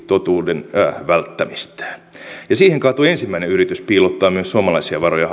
totuuden välttämistään siihen kaatui ensimmäinen yritys piilottaa myös suomalaisia varoja